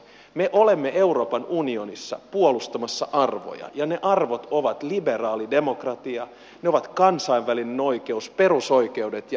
me olemme euroopan unionissa puolustamassa arvoja ja ne arvot ovat liberaali demokratia ne ovat kansainvälinen oikeus perusoikeudet ja ihmisoikeudet